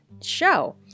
show